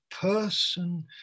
person